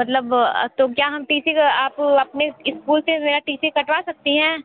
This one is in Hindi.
मतलब तो क्या हम टी सी आप अपने स्कूल से मेरा टी सी कटवा सकती हैं